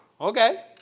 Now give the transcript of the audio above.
okay